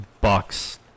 Bucks